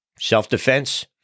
Self-defense